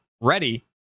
ready